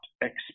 expect